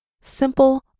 simple